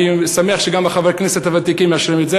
אני שמח שגם חברי הכנסת הוותיקים מאשרים את זה,